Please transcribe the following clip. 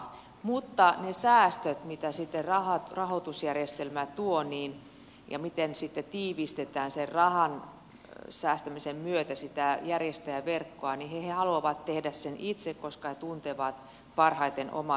mutta ne säästöt mitä rahoitusjärjestelmä tuo ja miten sitten tiivistetään rahan säästämisen myötä järjestäjäverkkoa he haluavat tehdä itse koska he tuntevat parhaiten oman alueensa